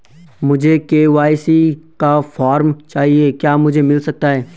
मुझे के.वाई.सी का फॉर्म चाहिए क्या मुझे मिल सकता है?